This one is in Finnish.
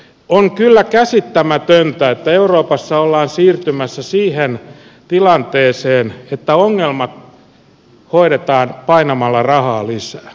on kyllä käsittämätöntä että euroopassa ollaan siirtymässä siihen tilanteeseen että ongelmat hoidetaan painamalla rahaa lisää